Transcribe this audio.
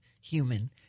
human